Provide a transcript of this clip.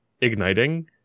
igniting